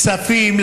כספים,